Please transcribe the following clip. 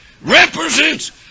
represents